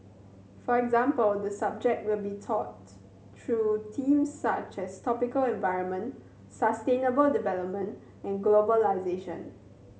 for example the subject will be taught through themes such as tropical environment sustainable development and globalisation